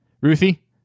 Ruthie